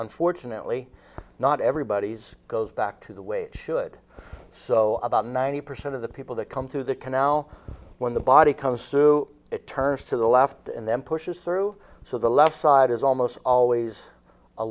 unfortunately not everybody's goes back to the way it should so about ninety percent of the people that come through the canal when the body comes through it turns to the left and then pushes through so the left side is almost always a